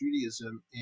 Judaism